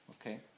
Okay